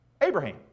Abraham